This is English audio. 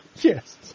Yes